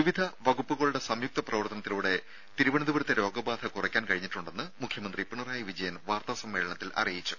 വിവിധ വകുപ്പുകളുടെ സംയുക്ത പ്രവർത്തനത്തിലൂടെ തിരുവനന്തപുരത്തെ രോഗബാധ കുറക്കാൻ കഴിഞ്ഞിട്ടുണ്ടെന്ന് മുഖ്യമന്ത്രി പിണറായി വിജയൻ വാർത്താ സമ്മേളനത്തിൽ അറിയിച്ചു